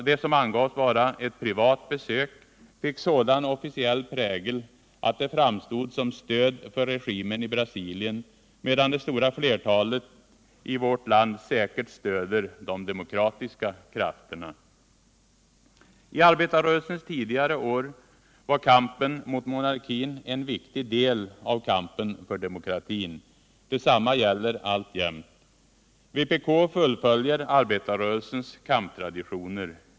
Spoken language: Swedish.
Det som angavs vara ett privat besök fick sådan officiell prägel att det framstod som stöd för regimen i Brasilien, medan det stora flertalet i vårt land säkert stöder de demokratiska krafterna. I arbetarrörelsens tidigare år var kampen mot monarkin en viktig del av kampen för demokratin. Detsamma gäller alltjämt. Vpk fullföljer arbetarrörelsens kamptraditioner.